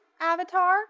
Avatar